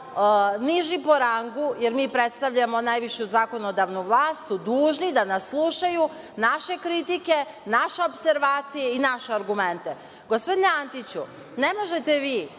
niži po rangu, jer mi predstavljamo najvišu zakonodavnu vlast, su dužni da slušaju naše kritike, naše opservacije i naše argumente. Gospodine Antiću, ne možete vi